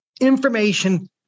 information